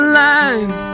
line